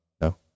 no